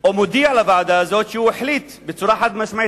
לוועדה הזאת שהוא החליט בצורה חד-משמעית,